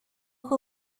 who